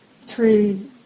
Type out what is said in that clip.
three